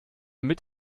mit